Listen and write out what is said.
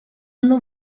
non